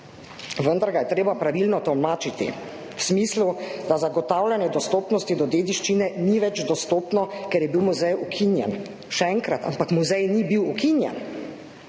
Vendar ga je treba pravilno tolmačiti v smislu, da zagotavljanje dostopnosti do dediščine ni več dostopno, ker je bil muzej ukinjen – še enkrat, ampak muzej ni bil ukinjen!